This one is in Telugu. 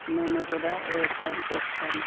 నేను కూడా వ్యవసాయం చేస్తాను